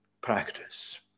practice